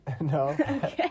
No